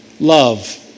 Love